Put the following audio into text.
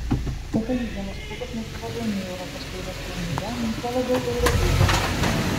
be to nei vienas klubas nesivaržo nei europos taurės turnyre nei tuo labiau eurolygoje